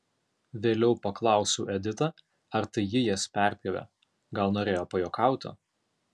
vėliau paklausiau editą ar tai ji jas perpjovė gal norėjo pajuokauti